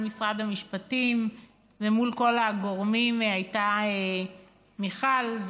משרד המשפטים ומול כל הגורמים הייתה מיכל,